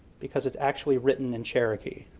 because it's actually written in cherokee.